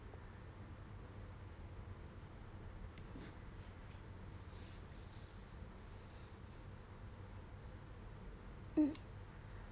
mm